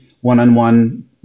one-on-one